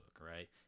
right